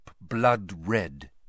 blood-red